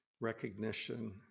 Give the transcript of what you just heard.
recognition